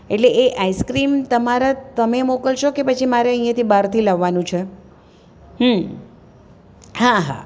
એટલે એ આઈસક્રીમ તમારા તમે મોકલશો કે પછી મારે અહીંયાંથી બહારથી લાવાનું છે હા હા હા